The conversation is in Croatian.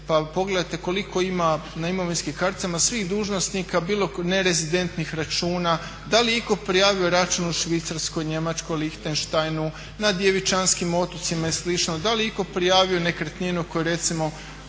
pogledajte koliko ima na imovinskim karticama svih dužnosnika bilo ne rezidentnih računa, da li je itko prijavio račun u Švicarskoj, Njemačkoj, Liechtensteinu, na Djevičanskim otocima i slično. Da li je itko prijavio nekretninu koju recimo